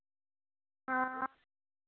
हां